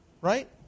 right